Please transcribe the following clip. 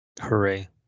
Hooray